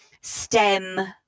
stem